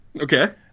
Okay